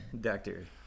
Doctor